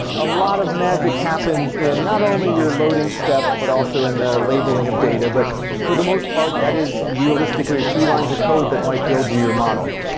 a lot of magic happens in not only your loading step, but also in the labeling of data. but for the most part, that is realistically three lines of code that might build you your model.